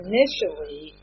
Initially